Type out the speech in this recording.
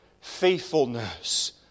faithfulness